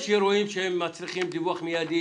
יש אירועים שמצריכים דיווח מיידי,